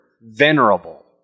venerable